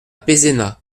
pézenas